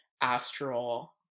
astral